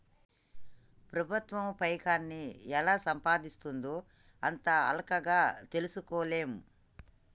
ప్రభుత్వం పైకాన్ని ఎలా సంపాయిస్తుందో అంత అల్కగ తెల్సుకోలేం